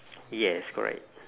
yes correct